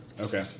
Okay